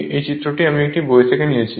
এই চিত্রটি আমি একটি বই থেকে নিয়েছি